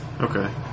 Okay